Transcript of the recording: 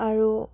আৰু